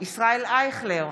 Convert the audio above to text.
ישראל אייכלר,